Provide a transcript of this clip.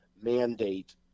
mandate